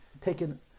taken